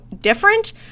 different